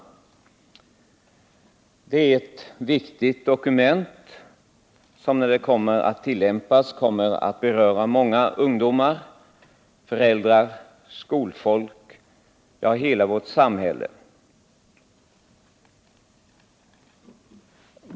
Läroplanen är ett viktigt dokument som i sin tillämpning kommer att beröra många ungdomar, föräldrar och skolfolk — ja, hela vårt samhälle.